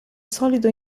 solido